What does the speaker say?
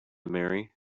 marry